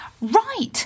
Right